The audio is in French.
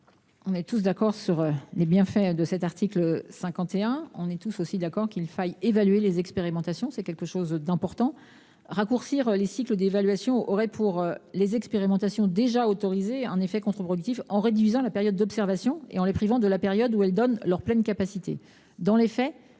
sommes tous d’accord sur les bienfaits de l’article 51 et sur la nécessité d’évaluer les expérimentations. Pour autant, raccourcir les cycles d’évaluation aurait, pour les expérimentations déjà autorisées, un effet contre productif, en réduisant la période d’observation et en les privant de la période où elles donnent leur pleine capacité. Dans les faits,